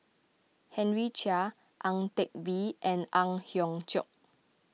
Henry Chia Ang Teck Bee and Ang Hiong Chiok